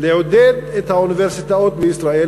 לעודד את האוניברסיטאות בישראל,